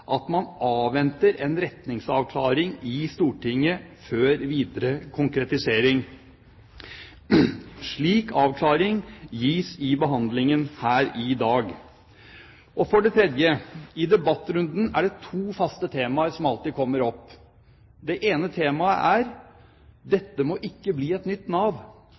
at man avventer en retningsavklaring i Stortinget før videre konkretisering. Slik avklaring gis i behandlingen her i dag. For det tredje: I debattrunden er det to faste temaer som alltid kommer opp. Det ene temaet er: Dette må ikke bli et nytt Nav.